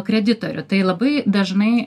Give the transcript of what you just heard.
kreditorių tai labai dažnai